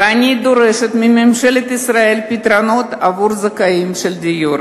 ואני דורשת מממשלת ישראל פתרונות עבור זכאים לדיור.